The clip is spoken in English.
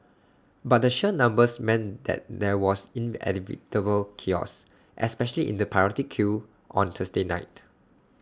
but the sheer numbers meant that there was inevitable chaos especially in the priority queue on Thursday night